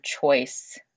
choice